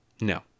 No